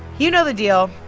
you know the deal.